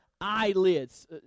eyelids